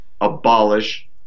abolish